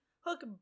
Hook